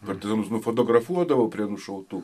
partizanus nufotografuodavo prie nušautų